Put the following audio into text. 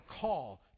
call